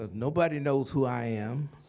ah nobody knows who i am.